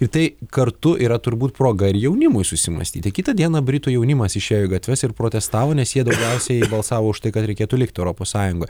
ir tai kartu yra turbūt proga ir jaunimui susimąstyti kitą dieną britų jaunimas išėjo į gatves ir protestavo nes jie daugiausiai balsavo už tai kad reikėtų likti europos sąjungoje